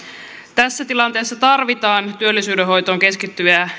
tässä tilanteessa tarvitaan työllisyyden hoitoon keskittyviä